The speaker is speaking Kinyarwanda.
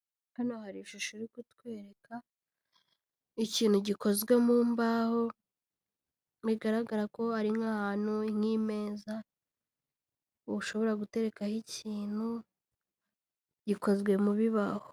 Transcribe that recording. Hano hari ishusho iri kutwereka ikintu gikozwe mu mbaho, bigaragara ko ari nk'ahantu, nk'imeza ushobora guterekaho ikintu gikozwe mubi bibaho.